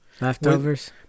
Leftovers